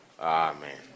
Amen